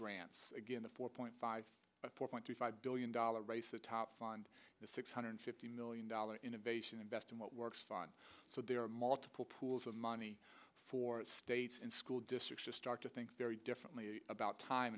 grants again the four point five four point two five billion dollars raise the top fund the six hundred fifty million dollars innovation invest in what works fine so there are multiple pools of money for states and school districts to start to think very differently about time